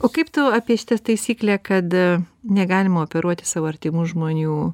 o kaip tu apie šitą taisyklę kad negalima operuoti savo artimų žmonių